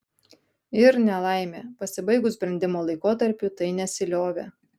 ir nelaimė pasibaigus brendimo laikotarpiui tai nesiliovė